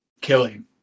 Killing